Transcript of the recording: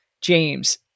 James